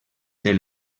del